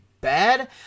bad